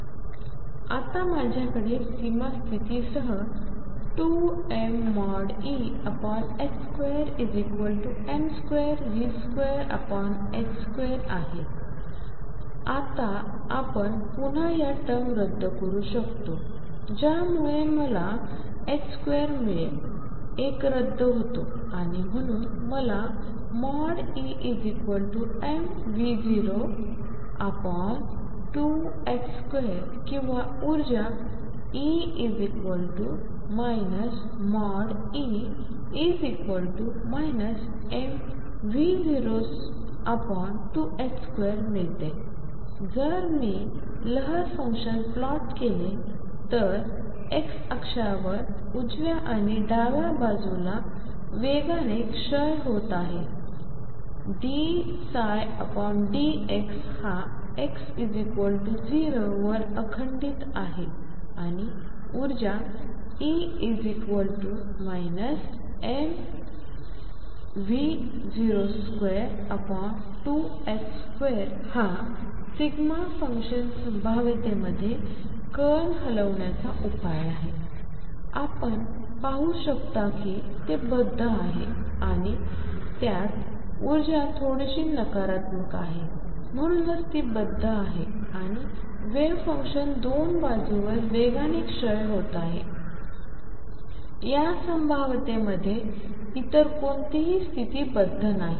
तर माझ्याकडे आता सीमा स्थिती सह 2mE2m2V024 आहे आपण पुन्हा या टर्म रद्द करू शकतो ज्यामुळे मला 2 मिळेल एक रद्द होतो आणि म्हणून मला EmV022ℏ2 किंवा ऊर्जा E E mV022ℏ2मिळते जर मी लहर फंक्शन प्लॉट केले तर एक्स अक्षावर उजव्या आणि डाव्या बाजूला वेगाने क्षय होत आहे dψdxहा x 0 वर अखंडित आहे आणि ऊर्जा E mV022ℏ2हा फंक्शन संभाव्यतेमध्ये कण हलवण्याचा उपाय आहे आपण पाहू शकता की ते बद्ध आहे आणि त्यात उर्जा थोडीशी नकारात्मक आहे म्हणूनच ती बद्ध आहे आणि वेव्ह फंक्शन दोन बाजूवर वेगाने क्षय होत आहे या संभाव्यतेमध्ये इतर कोणतीही बद्ध स्तिथी नाही